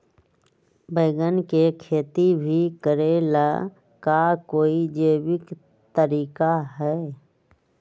बैंगन के खेती भी करे ला का कोई जैविक तरीका है?